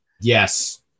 yes